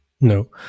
no